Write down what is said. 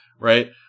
Right